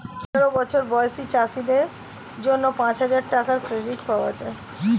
আঠারো বছর বয়সী চাষীদের জন্য পাঁচহাজার টাকার ক্রেডিট পাওয়া যায়